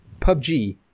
PUBG